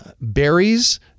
Berries